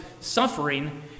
suffering